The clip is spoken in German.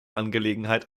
angelegenheit